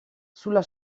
sulla